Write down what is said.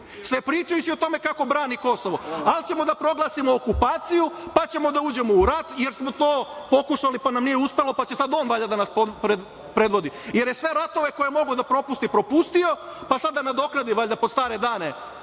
Sve pričajući o tome kako brani Kosova ali ćemo da proglasimo okupaciju pa ćemo da uđemo u rat jer smo to pokušali pa nam nije uspelo, pa će sad on valjda da nas predvodi, jer je sve ratove koje mogao da propusti propustio, pa sad da nadoknadi valjda pod stare dane